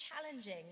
challenging